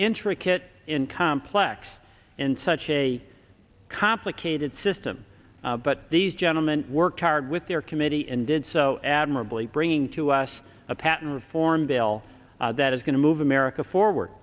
intricate in complex and such a complicated system but these gentlemen worked hard with their committee and did so admirably bringing to us a patent reform bill that is going to move america forward